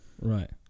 Right